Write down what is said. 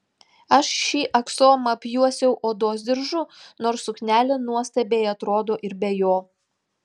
aš šį aksomą apjuosiau odos diržu nors suknelė nuostabiai atrodo ir be jo